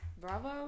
Bravo